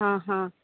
ಹಾಂ ಹಾಂ